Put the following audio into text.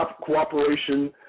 cooperation